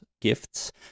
Gifts